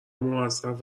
موظف